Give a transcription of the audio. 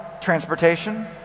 transportation